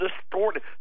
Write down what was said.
distorted